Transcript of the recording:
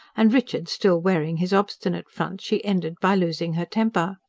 and, richard still wearing his obstinate front, she ended by losing her temper.